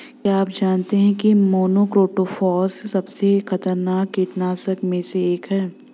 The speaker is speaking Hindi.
क्या आप जानते है मोनोक्रोटोफॉस सबसे खतरनाक कीटनाशक में से एक है?